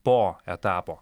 po etapo